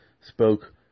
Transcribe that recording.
spoke